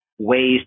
ways